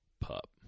pup